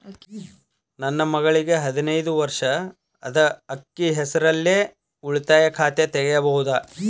ನನ್ನ ಮಗಳಿಗೆ ಹದಿನೈದು ವರ್ಷ ಅದ ಅಕ್ಕಿ ಹೆಸರಲ್ಲೇ ಉಳಿತಾಯ ಖಾತೆ ತೆಗೆಯಬಹುದಾ?